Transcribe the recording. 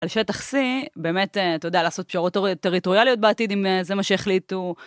על שטח סי, באמת אתה יודע לעשות פשרות טריטוריאליות בעתיד אם זה מה שיחליטו